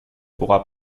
pourra